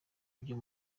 byo